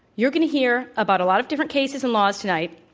you're going to hear about a lot of different cases and laws tonight,